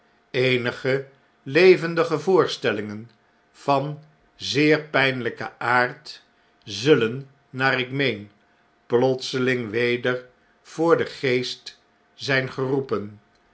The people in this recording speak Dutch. eenige levendige voorstellingen van zeer pynlyken aard zullen naar ik meen plotseling weder voor den geest zyn geroepen